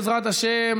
בעזרת השם,